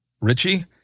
Richie